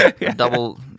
double